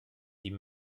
die